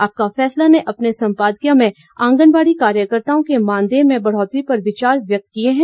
आपका फैसला ने अपने संपादकीय में आंगनबाड़ी कार्यकर्ताओं के मानदेय में बढ़ोतरी पर विचार व्यक्त किए हैं